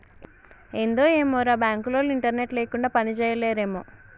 ఏందో ఏమోరా, బాంకులోల్లు ఇంటర్నెట్ లేకుండ పనిజేయలేరేమో